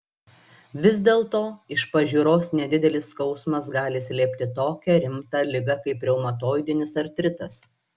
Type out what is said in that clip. vis dėlto iš pažiūros nedidelis skausmas gali slėpti tokią rimtą ligą kaip reumatoidinis artritas